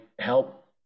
help